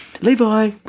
Levi